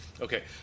Okay